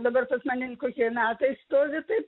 dabar pas mane jin kokie metai stovi taip